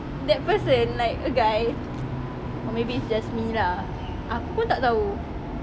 that person like a guy or maybe it's just me lah aku pon tak tahu